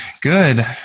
good